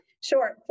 Sure